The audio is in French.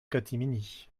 catimini